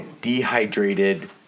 dehydrated